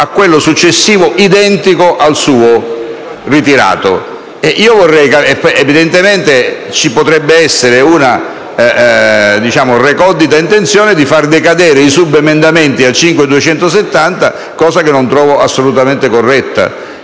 a quello successivo, identico al proprio. Evidentemente ci potrebbe essere una recondita intenzione di far decadere i subemendamenti all'emendamento 5.270, cosa che non trovo assolutamente corretta.